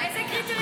איזה קריטריונים.